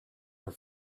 are